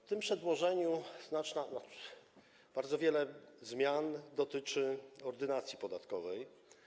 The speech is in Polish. W tym przedłożeniu znaczna część, bardzo wiele zmian dotyczy Ordynacji podatkowej.